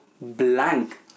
blank